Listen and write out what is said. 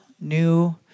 new